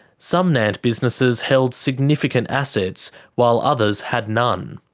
some nant businesses held significant assets while others had none.